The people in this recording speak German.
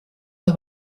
zur